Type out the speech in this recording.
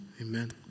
Amen